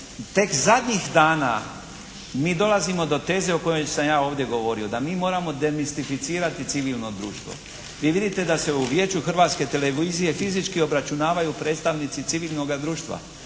tek zadnjih dana mi dolazimo do teze o kojoj sam ja ovdje govorio, da mi moramo demistificirati civilno društvo. Vi vidite da se u Vijeću Hrvatske televizije fizički obračunavaju predstavnici civilnoga društva.